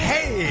Hey